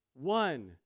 one